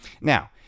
Now